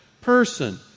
person